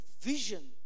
vision